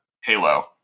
Halo